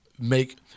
make